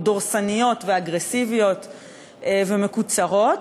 דורסניות ואגרסיביות ומקוצרות,